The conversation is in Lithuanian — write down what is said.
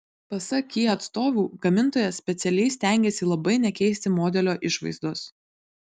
pasak kia atstovų gamintojas specialiai stengėsi labai nekeisti modelio išvaizdos